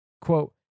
Quote